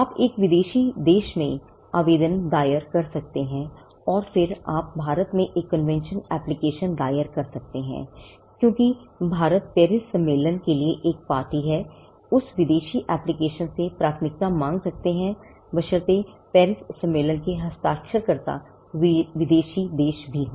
आप एक विदेशी देश में एक आवेदन दायर कर सकते हैं और फिर आप भारत में एक कन्वेंशन एप्लिकेशन दायर कर सकते हैं क्योंकि भारत पेरिस सम्मेलन के लिए एक पार्टी है उस विदेशी एप्लिकेशन से प्राथमिकता मांग सकते हैं बशर्ते पेरिस सम्मेलन के हस्ताक्षरकर्ता विदेशी देश भी हो